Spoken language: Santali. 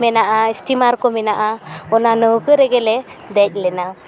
ᱢᱮᱱᱟᱜᱼᱟ ᱥᱴᱤᱢᱟᱨ ᱠᱚ ᱢᱮᱱᱟᱜᱼᱟ ᱚᱱᱟ ᱱᱟ ᱣᱠᱟᱹ ᱨᱮᱜᱮ ᱞᱮ ᱫᱮᱡ ᱞᱮᱱᱟ